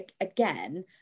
again